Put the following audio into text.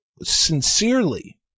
sincerely